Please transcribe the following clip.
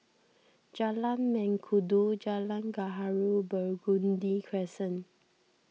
Jalan Mengkudu Jalan Gaharu and Burgundy Crescent